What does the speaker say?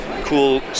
cool